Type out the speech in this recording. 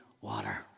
water